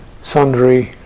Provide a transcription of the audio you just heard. sundry